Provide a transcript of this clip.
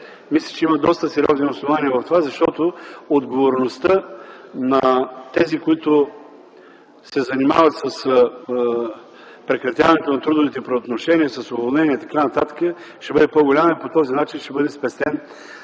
Мисля, че има доста сериозни основания в това, защото отговорността на тези, които се занимават с прекратяването на трудовите правоотношения, с уволненията и т.н. ще бъде по-голяма, и по този начин ще бъде спестен